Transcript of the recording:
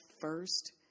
first